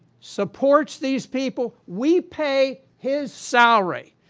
supports these people. we pay his salary!